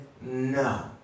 no